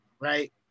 right